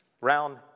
round